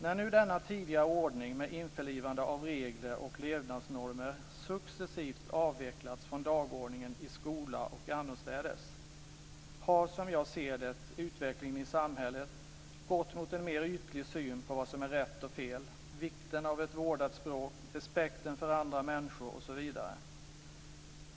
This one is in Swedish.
När nu denna tidigare ordning med införlivande av regler och levnadsnormer successivt avvecklats från dagordningen i skola och annorstädes har, som jag ser det, utvecklingen i samhället gått mot en mer ytlig syn på vad som är rätt och fel, vikten av ett vårdat språk, respekten för andra människor osv.